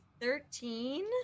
thirteen